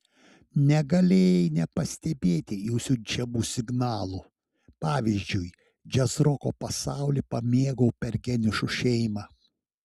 negalėjai nepastebėti jų siunčiamų signalų pavyzdžiui džiazroko pasaulį pamėgau per geniušų šeimą